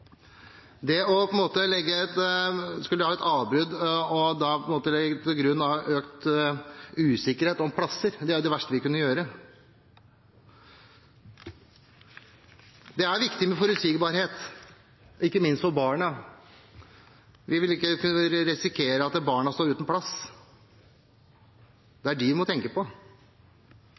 skulle ha et avbrudd og legge til grunn økt usikkerhet om plasser er det verste en kunne gjøre. Det er viktig med forutsigbarhet, ikke minst for barna. Vi vil ikke risikere at barna står uten plass, det er dem vi må tenke på.